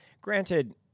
granted